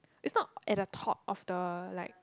it's not at the top of the like